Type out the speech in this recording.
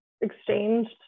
exchanged